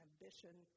ambition